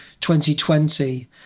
2020